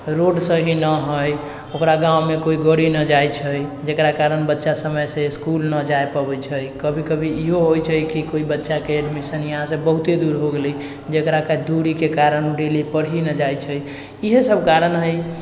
road सही नहि हइ ओकरा गाँवमे कोइ गाड़ी नहि जाइ छै जकरा कारण बच्चा समयसँ इसकुल नहि जाइ पबै छै कभी कभी इहो होइ छै बच्चाके एडमिशन यहाँसँ बहुते दूर हो गेलै जकरा कि दूरीके कारण डेली पढ़ै नहि जाइ छै इएहसब कारण हइ